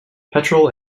petrol